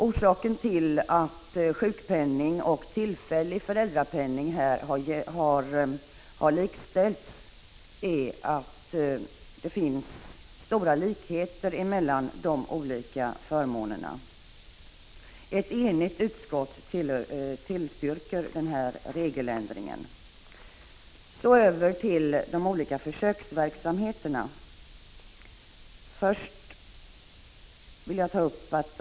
Orsaken till att sjukpenning och tillfällig föräldrapenning här har likställts är att det finns stora likheter mellan dessa förmåner. Ett enigt utskott tillstyrker den föreslagna regeländringen. Så över till de olika försöksverksamheterna.